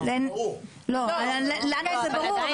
עדיין